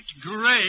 great